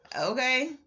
Okay